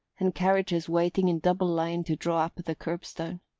and carriages waiting in double line to draw up at the curbstone.